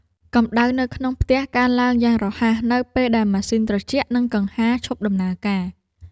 កម្ដៅក្នុងផ្ទះកើនឡើងយ៉ាងរហ័ស នៅពេលដែលម៉ាស៊ីនត្រជាក់ និងកង្ហារឈប់ដំណើរការ។